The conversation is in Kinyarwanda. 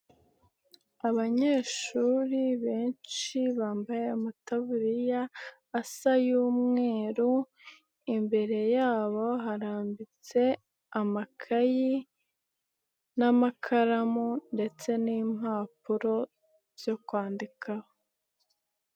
Abanyeshuri benshi bambaye amatabriya asa y'umweru, imbere yabo harambitse amakayi n'amakaramu ndetse n'impapuro zo kwandikaho.